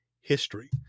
history